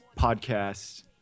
podcast